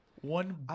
one